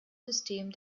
system